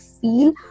feel